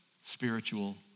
spiritual